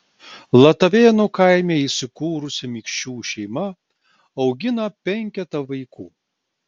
latavėnų kaime įsikūrusi mikšių šeima augina penketą vaikų